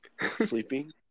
sleeping